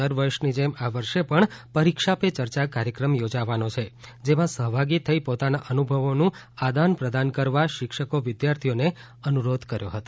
દરવર્ષની જેમ આ વર્ષે પણ પરીક્ષા પે ચર્ચા કાર્યક્રમ યોજાવાનો છે જેમાં સહભાગી થઇ પોતાના અનુભવોનું આદાન પ્રદાન કરવા શિક્ષકો વિદ્યાર્થીઓને અનુરોધ કર્યો હતો